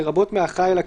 לרבות מהאחראי על הקטין".